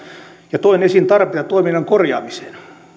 ja toin esiin tarpeita toiminnan korjaamiseen